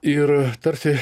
ir tarsi